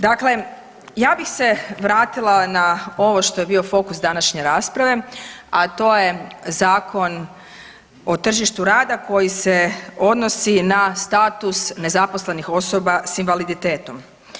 Dakle, ja bih se vratila na ovo što je bio fokus današnje rasprave, a to je Zakon o tržištu rada koji se odnosi na status nezaposlenih osoba s invaliditetom.